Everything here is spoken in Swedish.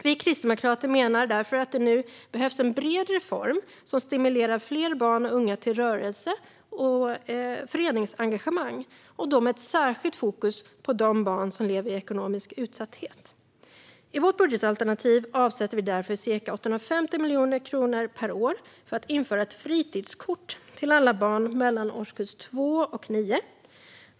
Vi kristdemokrater menar därför att det nu behövs en bred reform som stimulerar fler barn och unga till rörelse och föreningsengagemang, med särskilt fokus på de barn som lever i ekonomisk utsatthet. I vårt budgetalternativ avsätter vi därför ca 850 miljoner kronor per år för att införa ett fritidskort till alla barn i årskurs 2 till årskurs 9.